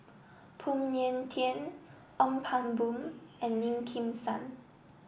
Phoon Yew Tien Ong Pang Boon and Lim Kim San